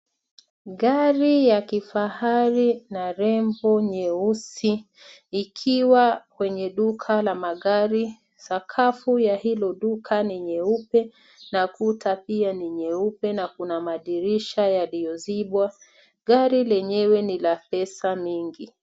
Gari ya kifahari na rembo nyeusi ikiwa kwenye duka la magari. Sakafu ya hilo duka ni nyeupe na kuta pia ni nyeupe na kuna madirisha yaliyozibwa. Gari lenyewe na la pesa mingi.